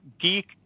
geek